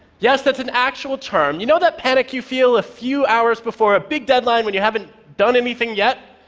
yes, that's an actual term. you know that panic you feel a few hours before a big deadline when you haven't done anything yet.